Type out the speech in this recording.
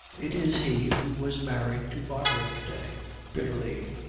it is he who was married to barbara to-day bitterly,